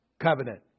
Covenant